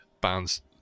bands